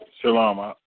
Shalom